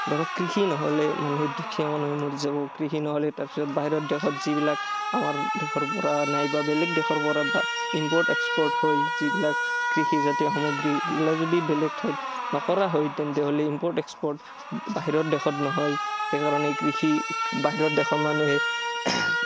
ধৰক কৃষি নহ'লে মানুহে দুখীয়া মানুহে মৰি যাব কৃষি নহ'লে তাৰপিছত বাহিৰত দেশত যিবিলাক আমাৰ দেশৰ পৰা নাইবা বেলেগ দেশৰ পৰা বা ইমপৰ্ট এক্সপৰ্ট হৈ যিবিলাক কৃষিজাতীয় সামগ্ৰী এইগিলা যদি বেলেগ ঠাইত নকৰা হয় তেন্তেহ'লে ইমপৰ্ট এক্সপৰ্ট বাহিৰত দেশত নহয় সেইকাৰণে কৃষি বাহিৰত দেশত মানুহে